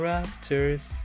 Raptors